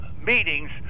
meetings